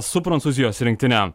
su prancūzijos rinktine